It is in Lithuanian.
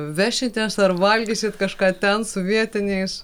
vešitės ar valgysit kažką ten su vietiniais